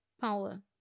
Paula